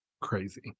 Crazy